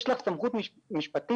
יש לך סמכות משפטית,